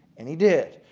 and he did.